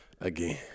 Again